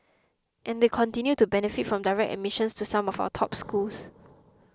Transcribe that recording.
and they continue to benefit from direct admissions to some of our top schools